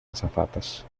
azafatas